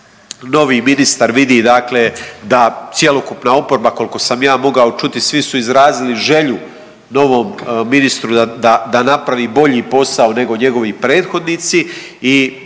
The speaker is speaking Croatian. novi ministar vidi dakle da cjelokupna oporba, koliko sam ja mogao čuti, svi su izrazili želju novom ministru da napravi bolji posao nego njegovi prethodnici